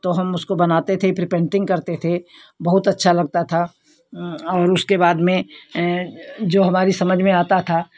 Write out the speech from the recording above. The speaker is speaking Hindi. तो हम उसको बनाते थे फिर पेंटिंग करते थे बहुत अच्छा लगता था और उसके बाद में जो हमारी समझ में आता था